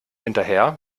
hinterher